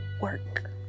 work